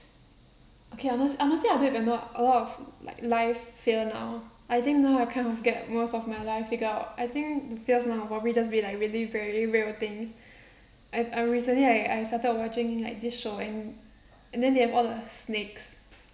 okay I must I must say I don't have a lot a lot of like life fear now I think now I kind of get most of my life figured out I think the fears now will probably just be like really very real things I I recently I I started watching in like this showing and then they have all the snakes